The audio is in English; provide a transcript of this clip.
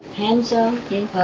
handsome,